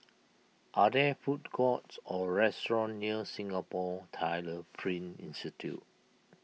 are there food courts or restaurants near Singapore Tyler Print Institute